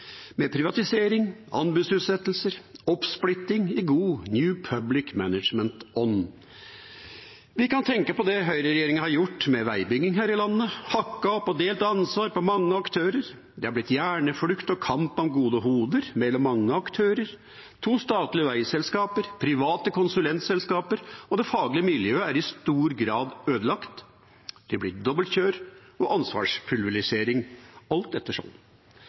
med privatisering, anbudsutsettelser og oppsplitting i god New Public Management-ånd. Vi kan tenke på det høyreregjeringa har gjort med veibygging her i landet: hakket opp og delt ansvaret på mange aktører. Det er blitt hjerneflukt og kamp om gode hoder mellom mange aktører – to statlige veiselskaper, private konsulentselskaper – og det faglige miljøet er i stor grad ødelagt. Det blir dobbeltkjør og ansvarspulverisering, alt etter